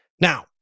Now